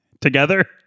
Together